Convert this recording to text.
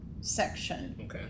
section